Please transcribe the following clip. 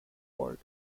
called